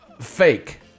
fake